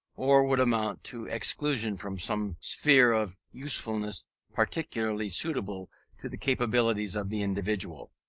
or would amount to exclusion from some sphere of usefulness peculiarly suitable to the capacities of the individual.